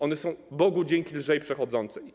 One są, Bogu dzięki, lżej przechodzone.